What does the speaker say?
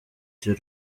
iryo